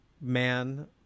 man